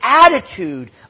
attitude